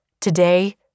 Today